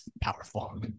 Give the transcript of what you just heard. Powerful